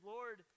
Lord